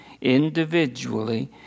individually